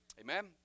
Amen